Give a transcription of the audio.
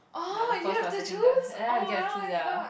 ya the first or second guy ya you get to choose ya